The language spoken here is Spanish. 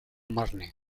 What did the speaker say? marne